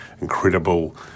incredible